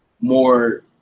more